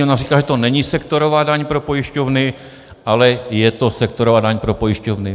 Ona říká, že to není sektorová daň pro pojišťovny, ale je to sektorová daň pro pojišťovny.